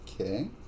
Okay